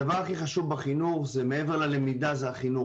הדבר הכי חשוב בחינוך מעבר ללמידה זה החינוך,